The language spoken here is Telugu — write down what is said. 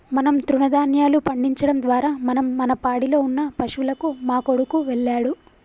మనం తృణదాన్యాలు పండించడం ద్వారా మనం మన పాడిలో ఉన్న పశువులకు మా కొడుకు వెళ్ళాడు